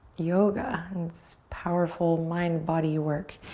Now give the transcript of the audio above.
yoga, it's powerful mind-body work.